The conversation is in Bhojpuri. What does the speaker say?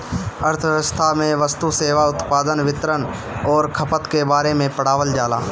अर्थशास्त्र में वस्तु, सेवा, उत्पादन, वितरण अउरी खपत के बारे में पढ़ावल जाला